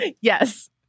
Yes